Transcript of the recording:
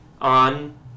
on